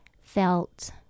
felt